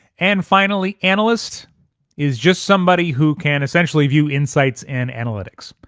and finally analyst is just somebody who can essentially view insights and analytics.